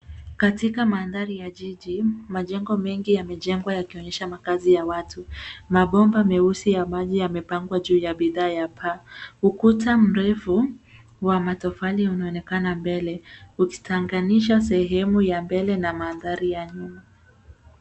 Katika mandhari ya jiji majengo mengi yamejengwa yakionyesha makazi ya watu. Mabomba meusi yamepangwa juu ya bidhaa ya paa, ukuta mrefu wa matofali unaonekana mbele ukitenganisha sehemu ya mbele na mandhari ya nyuma.